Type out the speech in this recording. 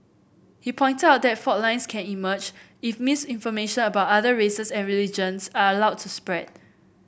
he pointed out that fault lines can emerge if misinformation about other races and religions are allowed to spread